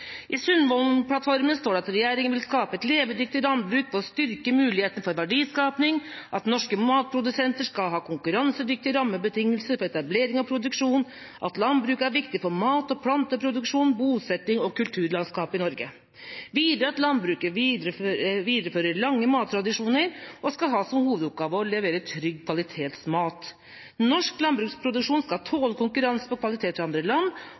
I Sundvolden-plattformen står det: «Regjeringen vil skape et levedyktig landbruk ved å styrke mulighetene for verdiskaping.» «Norske matprodusenter skal ha konkurransedyktige rammebetingelser for etablering og produksjon.» «Landbruket er viktig for mat- og planteproduksjon, bosetting og kulturlandskap i Norge.» Og videre: «Landbruket viderefører lange mattradisjoner, og skal ha som hovedoppgave å levere trygg kvalitetsmat. Norsk landbruksproduksjon tåler konkurranse på kvalitet fra andre land.»